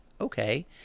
okay